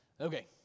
Okay